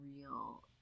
real